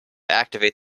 activate